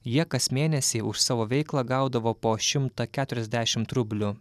jie kas mėnesį už savo veiklą gaudavo po šimtą keturiasdešimt rublių